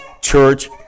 church